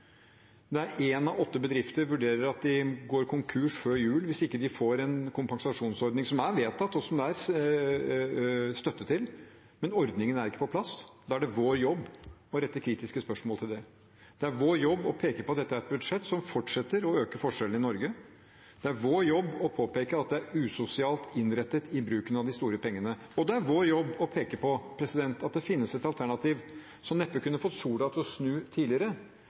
av åtte bedrifter vurderer det slik at de går konkurs før jul hvis de ikke får en kompensasjonsordning, som er vedtatt, og som det er støtte til, men ordningen er ikke på plass. Da er det vår jobb å rette kritiske spørsmål til det. Det er vår jobb å peke på at dette er et budsjett som fortsetter å øke forskjellene i Norge. Det er vår jobb å påpeke at det er en usosial innretning i bruken av de store pengene, og det er vår jobb å peke på at det finnes et alternativ, som neppe kunne fått sola til å snu tidligere,